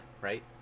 right